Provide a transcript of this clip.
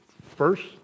first